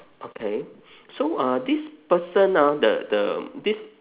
okay so uh this person ah the the this